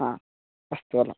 हा अस्तु अलं